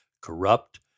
corrupt